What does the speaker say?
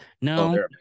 no